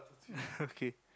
okay